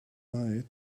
night